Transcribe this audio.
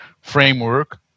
framework